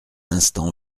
instant